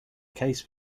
case